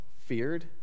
feared